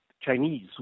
Chinese